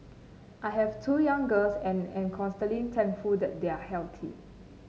I have two young girls and am constantly thankful that they are healthy